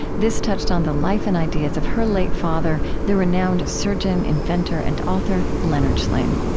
this touched on the life and ideas of her late father, the renowned surgeon, inventor, and author leonard shlain